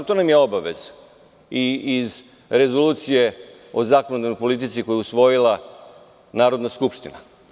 Jer, to nam je obaveza, i iz Rezolucije o zakonodavnoj politici, koju je usvojila Narodna skupština.